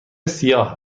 سیاه